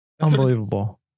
unbelievable